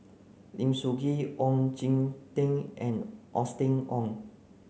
Lim Soo Ngee Ong Jin Teong and Austen Ong